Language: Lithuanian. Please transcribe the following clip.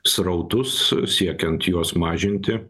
srautus siekiant juos mažinti